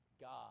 God